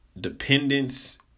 dependence